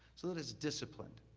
so that it's disciplined.